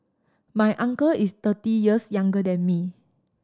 my uncle is thirty years younger than me